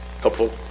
Helpful